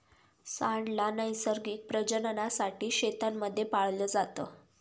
सांड ला नैसर्गिक प्रजननासाठी शेतांमध्ये पाळलं जात